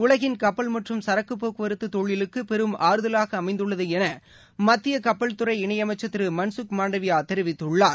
உலகின் கப்பல் மற்றும் சரக்குபோக்குவரத்துதொழிலுக்குபெரும் ஆறுதலாகஅமைந்துள்ளதுஎனமத்தியகப்பல் துறை இணையமைச்சள் திருமன்சுக் மாண்டவியாதெரிவித்துள்ளார்